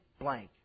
blank